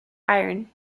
iron